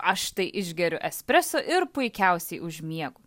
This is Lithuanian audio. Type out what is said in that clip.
aš tai išgeriu espreso ir puikiausiai užmiegu